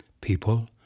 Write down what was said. People